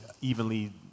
evenly